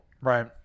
right